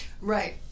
Right